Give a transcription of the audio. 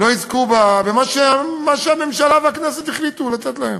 לא יזכו במה שהממשלה והכנסת החליטו לתת להם.